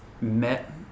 met